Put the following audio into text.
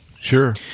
Sure